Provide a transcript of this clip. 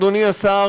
אדוני השר,